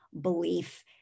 belief